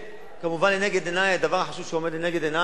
וכמובן, הדבר החשוב שעומד לנגד עיני